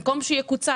במקום שהוא יקוצץ